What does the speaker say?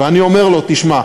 ואני אומר לו: תשמע,